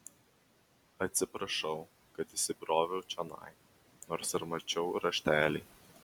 atsiprašau kad įsibroviau čionai nors ir mačiau raštelį